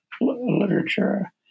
literature